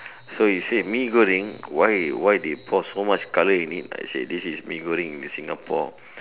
so he said Mee-Goreng why why they pour so much color in it I say this is Mee-Goreng in Singapore